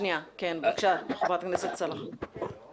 חברת הכנסת סאלח, בבקשה.